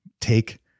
Take